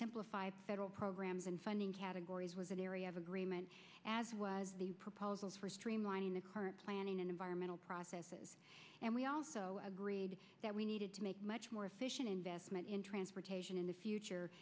simplify the federal programs and funding categories was an area of agreement as was the proposals for streamlining the current planning and environmental processes and we also agreed that we needed to make much more efficient investment in transportation in the future